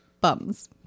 Bums